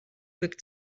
wirkt